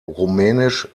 rumänisch